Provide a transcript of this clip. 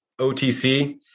OTC